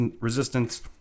Resistance